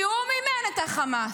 כי הוא מימן את חמאס,